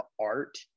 art